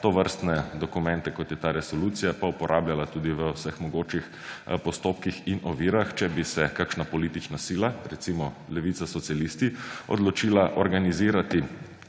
tovrstne dokumente, kot je ta resolucija, pa uporabljala tudi v vseh mogočih postopkih in ovirah, če bi se kakšna politična sila, recimo Levica, socialisti, odločila organizirati